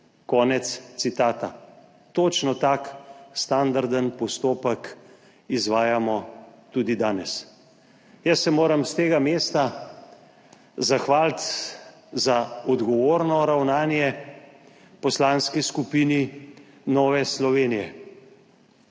Konec citata. Točno takšen standarden postopek izvajamo tudi danes. S tega mesta se moram zahvaliti za odgovorno ravnanje Poslanski skupini Nova Slovenija.